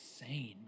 insane